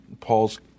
Paul's